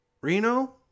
Reno